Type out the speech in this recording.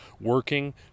working